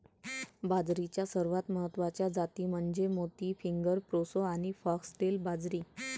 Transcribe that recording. बाजरीच्या सर्वात महत्वाच्या जाती म्हणजे मोती, फिंगर, प्रोसो आणि फॉक्सटेल बाजरी